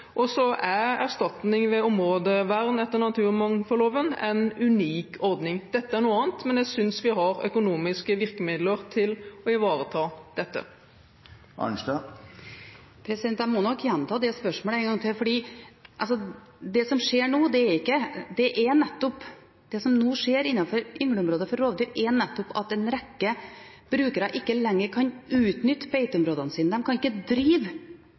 2015. Så jeg mener at vi i dag har gode økonomiske ordninger som ivaretar dem som enten vil gjøre noe annet, eller dem som blir berørt av det. Erstatning ved områdevern etter naturmangfoldloven er en unik ordning. Dette er noe annet, men jeg synes vi har økonomiske virkemidler til å ivareta dette. Jeg må nok gjenta spørsmålet, for det som skjer nå innenfor yngleområdet for rovdyr, er nettopp at en rekke brukere ikke lenger kan utnytte beiteområdene sine. De kan ikke drive